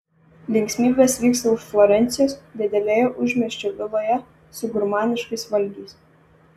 linksmybės vyksta už florencijos didelėje užmiesčio viloje su gurmaniškais valgiais